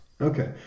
Okay